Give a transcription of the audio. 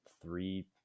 three